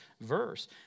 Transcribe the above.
verse